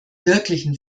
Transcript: wirklichen